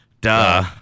duh